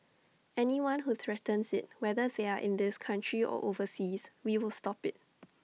anyone who threatens IT whether they are in this country or overseas we will stop IT